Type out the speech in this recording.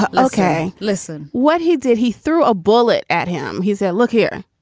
ah ok, listen. what he did, he threw a bullet at him. he said, look here.